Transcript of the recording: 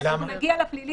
לא מובן לי